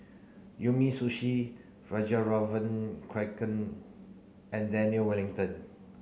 Umisushi Fjallraven Kanken and Daniel Wellington